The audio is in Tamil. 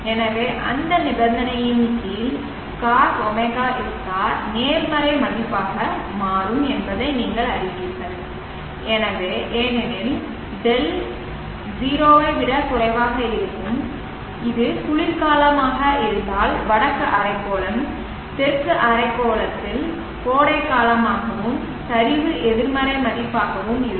எனவே அந்த நிபந்தனையின் கீழ் cos ωsr நேர்மறை மதிப்பாக மாறும் என்பதை நீங்கள் அறிவீர்கள் ஏனெனில் δ 0 ஐ விட குறைவாக மாறும் இது குளிர்காலமாக இருந்தால் வடக்கு அரைக்கோளம் தெற்கு அரைக்கோளத்தில் கோடைகாலமாகவும் சரிவு எதிர்மறை மதிப்பாகவும் இருக்கும்